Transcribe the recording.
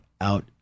out